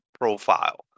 profile